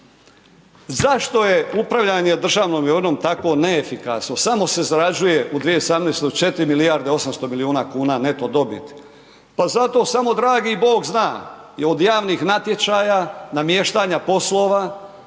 Zašto je upravljanje državnom imovinom tako neefikasno. Samo se zarađuje u 2017. 4 milijarde 800 milijuna kuna neto dobiti. Pa zato samo dragi Bog zna. Od javnih natječaja, namještanja poslova,